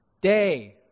day